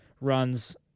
runs